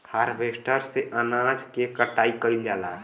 harvester से अनाज के कटाई कइल जाला